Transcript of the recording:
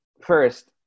First